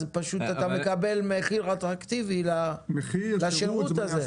אתה מקבל מחיר אטרקטיבי לשירות הזה.